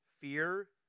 fear